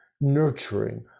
nurturing